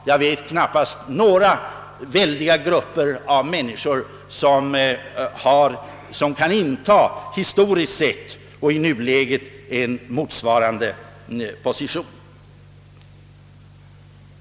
Jag vet knappast några stora grupper av människor som historiskt sett och i nuläget intar en motsvarande position.